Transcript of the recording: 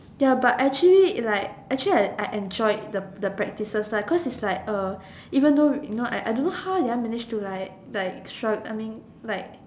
ya but actually like actually I I enjoyed the the practices lah cause it's like even though you know I don't know how did I mange to like like like strum I mean like